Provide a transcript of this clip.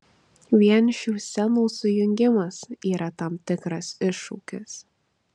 vien šių scenų sujungimas yra tam tikras iššūkis